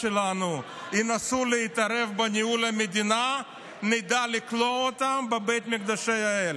ינסו להתערב בניהול המדינה נדע לכלוא אותם בבית מקדשי האל".